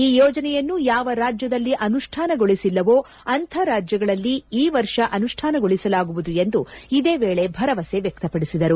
ಈ ಯೋಜನೆಯನ್ನು ಯಾವ ರಾಜ್ಜದಲ್ಲಿ ಅನುಷ್ಣಾನಗೊಳಿಸಿಲ್ಲವೊ ಅಂಥ ರಾಜ್ಯಗಳಲ್ಲಿ ಈ ವರ್ಷ ಅನುಷ್ಣಾನಗೊಳಿಸಲಾಗುವುದು ಎಂದು ಇದೇ ವೇಳೆ ಭರವಸೆ ವ್ಲಕ್ಷಪಡಿಸಿದರು